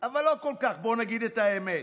אבל לא כל כך, בוא נגיד את האמת,